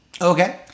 Okay